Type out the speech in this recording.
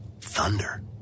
Thunder